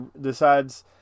decides